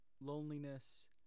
loneliness